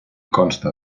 consta